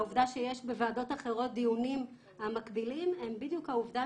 העובדה שיש בוועדות אחרות דיונים המקבילים הם בדיוק העובדה